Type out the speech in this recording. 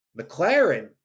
mclaren